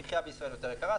המחייה בישראל יותר יקרה,